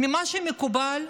ממה שמקובל,